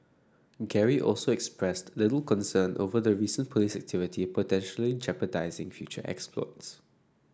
Gary also expressed little concern over the recent police activity potentially jeopardising future exploits